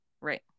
Right